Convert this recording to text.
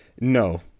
no